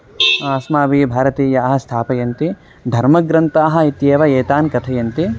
अस्माभिः भारतीयाः स्थापयन्ति धर्मग्रन्थाः इत्येव एतान् कथयन्ति